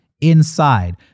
Inside